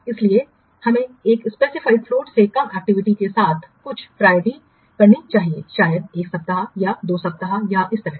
इसलिए इसीलिए हमें एक स्पेसिफाइड फ्लोट से कम एक्टिविटीयों के साथ कुछ प्रायोरिटी करना चाहिए शायद 1 सप्ताह या 2 सप्ताह या इस तरह